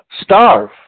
starve